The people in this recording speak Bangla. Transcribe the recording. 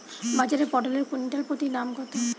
বাজারে পটল এর কুইন্টাল প্রতি দাম কত?